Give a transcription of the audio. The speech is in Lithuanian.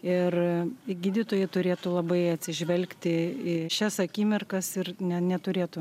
ir gydytojai turėtų labai atsižvelgti į šias akimirkas ir ne neturėtų